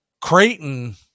Creighton